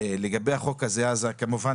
לגבי החוק הזה, כמובן